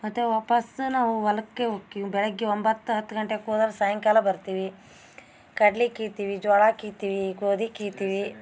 ಮತ್ತು ವಾಪಾಸ್ಸು ನಾವು ಹೊಲಕ್ಕೆ ಹೋಕ್ಕೀವಿ ಬೆಳಗ್ಗೆ ಒಂಬತ್ತು ಹತ್ತು ಗಂಟೆಗೆ ಹೋದ್ರೆ ಸಾಯಂಕಾಲ ಬರ್ತೀವಿ ಕಡ್ಲಿ ಕೀತಿವಿ ಜ್ವಾಳ ಕೀತಿವಿ ಗೋದಿ ಕೀತಿವಿ